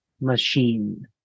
machine